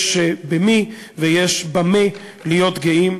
יש במי ויש במה להיות גאים.